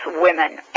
women